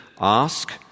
ask